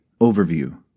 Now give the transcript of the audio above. Overview